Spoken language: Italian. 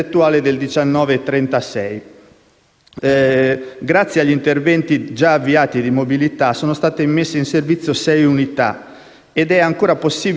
Grazie agli interventi già avviati di mobilità sono state immesse in servizio sei unità ed è ancora possibile ricorrere allo scorrimento della graduatoria